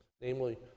namely